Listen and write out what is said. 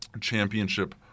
championship